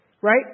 Right